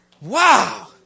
Wow